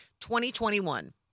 2021